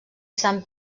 sant